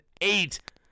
eight